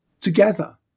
together